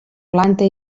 planta